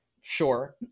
Sure